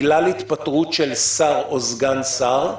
בגלל התפטרות של שר או סגן שר,